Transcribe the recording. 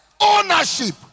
ownership